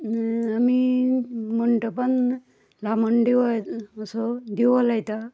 आमी मंटपान लामणदिवो असो दिवो लायता